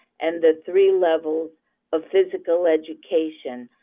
and the three levels of physical education.